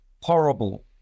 horrible